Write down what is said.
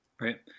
Right